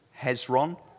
Hezron